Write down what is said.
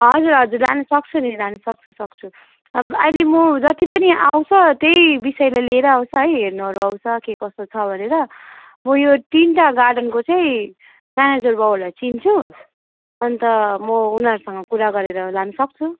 हजुर हजुर लानु सक्छु नि लानु सक्छु सक्छु अहिले म जति पनि आउँछ त्यही विषयलाई लिएर आउँछ है हेर्नुहरू आउँछ के कस्तो छ भनेर अब यो तिनवटा गार्डनको चाहिँ म्यानेजर बाबुलाई चिन्छु अनि त म उनीहरूसँग कुरा गरेर लानु सक्छु